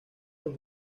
los